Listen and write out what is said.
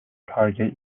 target